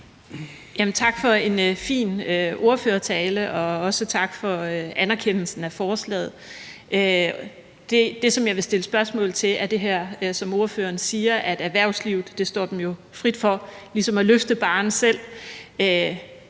Tak for en fin ordførertale, og også tak for anerkendelsen af forslaget. Det, som jeg vil spørge til, er det, som ordføreren siger om, at det jo står erhvervslivet frit for ligesom at løfte barren selv.